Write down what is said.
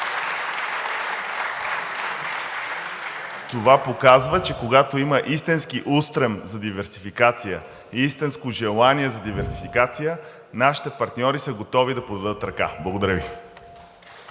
Това показва, че когато има истински устрем за диверсификация и истинско желание за диверсификация, нашите партньори са готови да подадат ръка. Благодаря Ви.